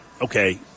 Okay